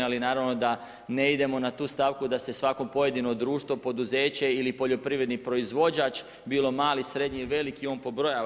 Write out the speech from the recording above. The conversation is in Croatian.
Ali naravno da ne idemo na tu stavku da se svako pojedino društvo, poduzeće ili poljoprivredni proizvođač bilo mali, srednji i veliki on pobrojava.